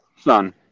son